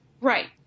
Right